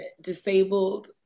disabled